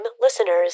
listeners